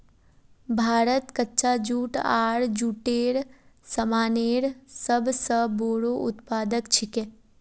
भारत कच्चा जूट आर जूटेर सामानेर सब स बोरो उत्पादक छिके